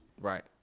Right